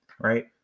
right